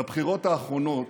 בבחירות האחרונות,